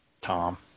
Tom